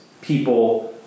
people